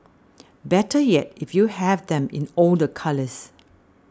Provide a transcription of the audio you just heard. better yet if you have them in all the colours